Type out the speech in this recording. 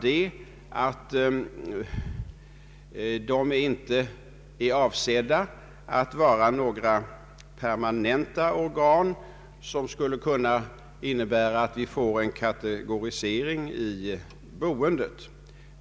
Dessa hotell är inte avsedda att vara några permanenta organ som skulle kunna innebära en kategorisering i boendet.